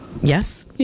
yes